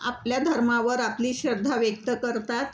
आपल्या धर्मावर आपली श्रद्धा व्यक्त करतात